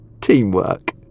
Teamwork